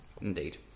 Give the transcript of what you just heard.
indeed